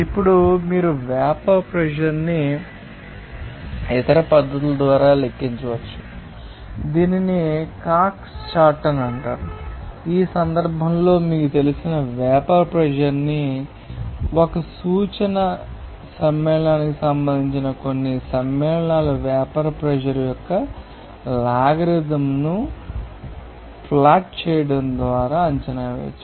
ఇప్పుడు మీరు vapour pressure న్ని ఇతర పద్ధతుల ద్వారా లెక్కించవచ్చు దీనిని కాక్స్ చార్ట్ అని పిలుస్తారు ఈ సందర్భంలో మీకు తెలిసిన వేపర్ ప్రెషర్ న్ని ఒక సూచన సమ్మేళనానికి సంబంధించిన కొన్ని సమ్మేళనాల వేపర్ ప్రెషర్ యొక్క లాగరిథంను ప్లాట్ చేయడం ద్వారా అంచనా వేయవచ్చు